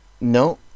No